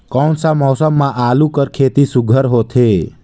कोन सा मौसम म आलू कर खेती सुघ्घर होथे?